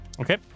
Okay